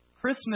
Christmas